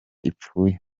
ipfuye